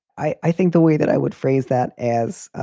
i i think the way that i would phrase that, as